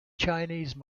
chinese